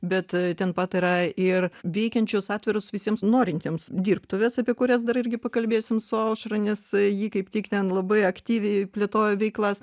bet ten pat yra ir veikiančios atviros visiems norintiems dirbtuvės apie kurias dar irgi pakalbėsim su aušra nes ji kaip tik ten labai aktyviai plėtoja veiklas